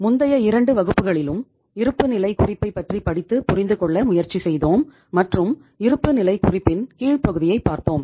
முந்தைய இரண்டு வகுப்புகளிலும் இருப்புநிலை குறிப்பை பற்றி படித்து புரிந்துக்கொள்ள முயற்சி செய்தோம் மற்றும் இருப்புநிலை குறிப்பின் கீழ்ப்பகுதியை பார்த்தோம்